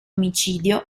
omicidio